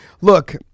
Look